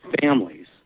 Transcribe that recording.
families